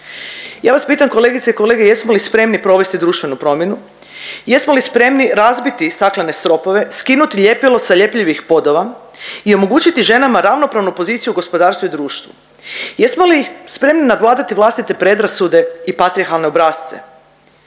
Ja vas pitam kolegice i kolege jesmo li spremni provesti društvenu promjenu, jesmo li spremni razbiti staklene stropove, skinuti ljepilo sa ljepljivih podova i omogućiti ženama ravnopravnu poziciju u gospodarstvu i društvu? Jesmo li spremni nadvladati vlastite predrasude i patrijarhalne obrasce?